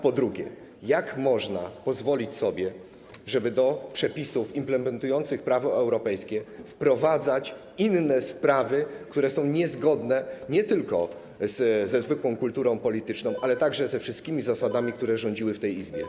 Po drugie, jak można pozwolić sobie, żeby do przepisów implementujących prawo europejskie wprowadzać inne sprawy, które są niezgodne nie tylko ze zwykłą kulturą polityczną, ale także ze wszystkimi zasadami, które rządziły w tej Izbie?